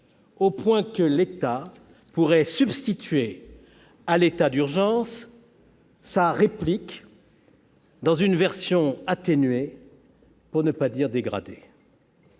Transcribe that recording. au point que l'État pourrait substituer à l'état d'urgence sa réplique, dans une version atténuée, pour ne pas dire dégradée